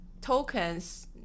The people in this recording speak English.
tokens